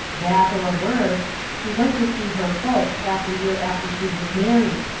that or worse. she went to see her folks half a year after she was married,